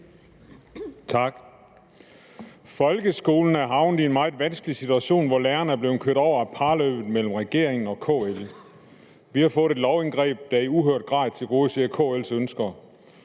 »Folkeskolen er havnet i en meget vanskelig situation, hvor lærerne er blevet kørt over af parløbet mellem regeringen og KL. Vi har fået et lovindgreb, der i uhørt grad tilgodeser KLs ønsker.